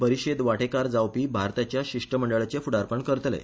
परीषदेत वाटेकार जावपी भारताच्या शिष्टमंडळाचे फुडारपण करतले